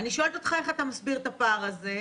אני שואלת אותך איך אתה מסביר את הפער הזה,